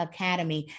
Academy